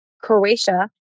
Croatia